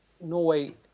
Norway